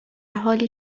حالی